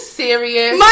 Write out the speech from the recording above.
serious